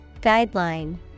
Guideline